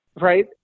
right